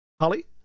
Holly